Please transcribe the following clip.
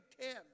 ten